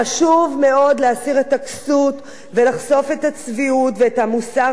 חשוב מאוד להסיר את הכסות ולחשוף את הצביעות ואת המוסר